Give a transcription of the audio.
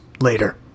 later